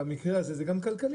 במקרה הזה זה גם כלכלית.